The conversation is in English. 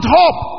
hope